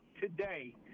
today